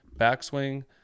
Backswing